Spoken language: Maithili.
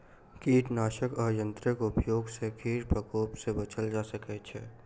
कीटनाशक आ यंत्रक उपयोग सॅ कीट प्रकोप सॅ बचल जा सकै छै